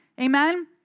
Amen